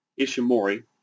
Ishimori